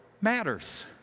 matters